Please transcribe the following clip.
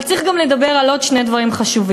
אבל צריך גם לדבר על עוד שני דברים חשובים: